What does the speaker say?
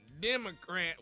Democrat